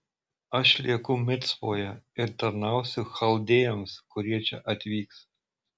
aš lieku micpoje ir tarnausiu chaldėjams kurie čia atvyks